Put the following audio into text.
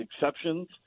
exceptions